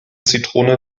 zitrone